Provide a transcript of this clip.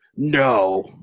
No